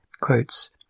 quotes